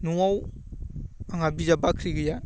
न'आव आंहा बिजाब बाख्रि गैया